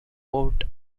port